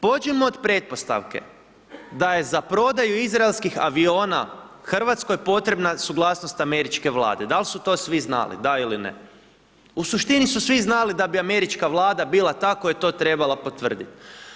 Pođimo od pretpostavke da je za prodaju Izraelskih aviona Hrvatskoj potrebna suglasnost Američke vlade, da li su to svi znali, da ili ne, u suštini su svi znali da bi Američka vlada bila ta koja je to trebala potvrditi.